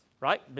Right